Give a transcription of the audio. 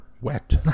wet